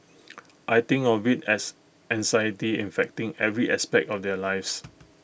I think of IT as anxiety infecting every aspect of their lives